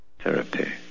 therapy